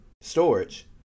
storage